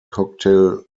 cocktail